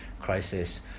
crisis